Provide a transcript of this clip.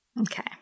Okay